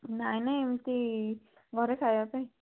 ନାହିଁ ନାହିଁ ଏମତି ଘରେ ଖାଇବା ପାଇଁ